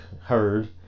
heard